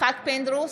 יצחק פינדרוס,